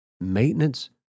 maintenance